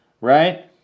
right